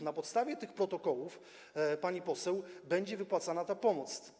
Na podstawie tych protokołów, pani poseł, będzie wypłacana ta pomoc.